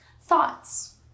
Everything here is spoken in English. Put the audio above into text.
Thoughts